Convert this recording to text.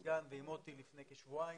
עם סגנו ועם מוטי לפני כשבועיים.